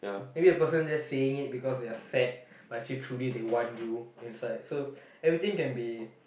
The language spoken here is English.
maybe the person just saying it because they're sad but she truly they want you inside so everything can be